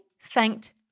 thanked